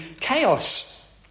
chaos